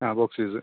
ആ box is